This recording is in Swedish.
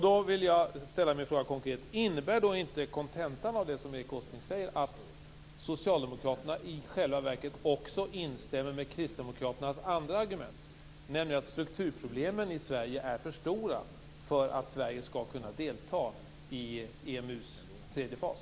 Då vill jag ställa en konkret fråga: Innebär inte kontentan av det som Erik Åsbrink säger att också socialdemokraterna i själva verket instämmer med kristdemokraternas andra argument, nämligen att strukturproblemen i Sverige är för stora för att Sverige skall kunna delta i EMU:s tredje fas?